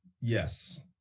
Yes